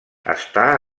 està